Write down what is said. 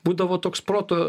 būdavo toks proto